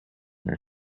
then